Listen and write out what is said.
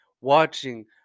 watching